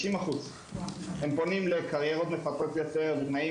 הם פונים לקריירות מפתות יותר בתנאים